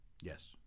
Yes